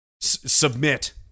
submit